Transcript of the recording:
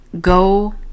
go